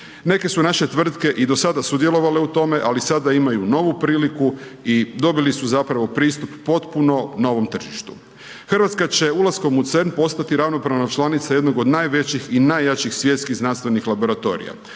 Neke su naše tvrtke i dosada sudjelovale u tom ali sada imaju novu priliku i dobili su zapravo pristup potpunom novom tržištu. Hrvatska će ulaskom u CERN postati ravnopravna članica jednog od najvećih i najjačih svjetskih znanstvenih laboratorija,